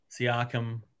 Siakam